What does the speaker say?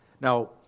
Now